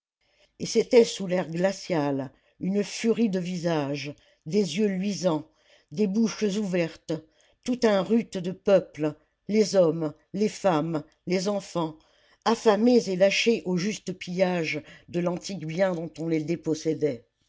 et c'était sous l'air glacial une furie de visages des yeux luisants des bouches ouvertes tout un rut de peuple les hommes les femmes les enfants affamés et lâchés au juste pillage de l'antique bien dont on les dépossédait